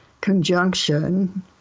conjunction